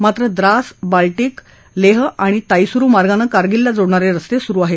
मात्र द्रास बाटलीक लेह आणि ताईसुरु मार्गानं कारगिलला जोडणारे रस्ते सुरु आहेत